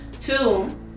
Two